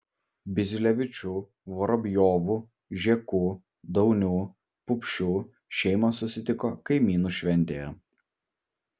biziulevičių vorobjovų žėkų daunių pupšių šeimos susitiko kaimynų šventėje